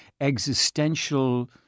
existential